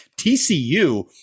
TCU